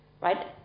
right